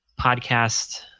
podcast